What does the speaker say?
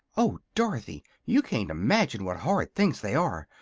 oh, dorothy you can't imagine what horrid things they are!